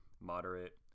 moderate